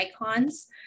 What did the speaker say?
icons